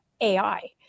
AI